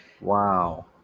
wow